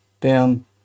down